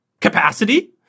capacity